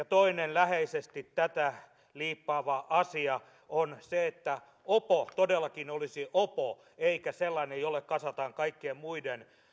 toinen läheisesti tätä liippaava asia on se että opo todellakin olisi opo eikä sellainen jolle kasataan kaikkien muiden